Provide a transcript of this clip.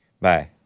Bye